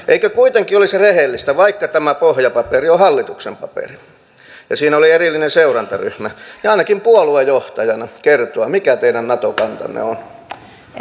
eikö kuitenkin olisi rehellistä vaikka tämä pohjapaperi on hallituksen paperi ja siinä oli erillinen seurantaryhmä ainakin puoluejohtajana kertoa mikä teidän nato kantanne on